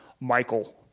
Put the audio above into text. Michael